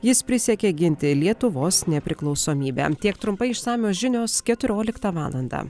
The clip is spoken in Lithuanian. jis prisiekė ginti lietuvos nepriklausomybę tiek trumpai išsamios žinios keturioliktą valandą